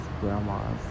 grandma's